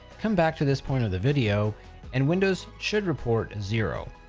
come back to this point of the video and windows should report zero.